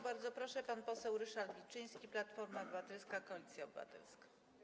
Bardzo proszę, pan poseł Ryszard Wilczyński, Platforma Obywatelska - Koalicja Obywatelska.